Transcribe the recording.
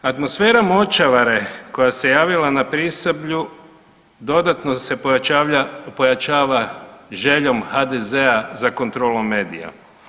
Atmosfera močvare koja se javila na Prisavlju dodatno se pojačava željom HDZ-a za kontrolom medija.